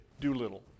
Doolittle